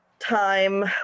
time